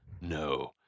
no